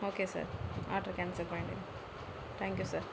okay sir ஆட்ரை cancel பண்ணிடுங்க thank you sir